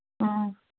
ꯑ